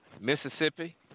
Mississippi